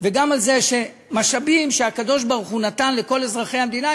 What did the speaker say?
וגם על זה שמשאבים שהקדוש-ברוך-הוא נתן לכל אזרחי המדינה,